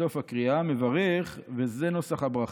בסוף הקריאה מברך, וזה נוסח הברכה: